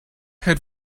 had